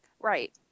Right